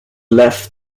left